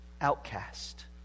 outcast